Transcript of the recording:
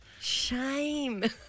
Shame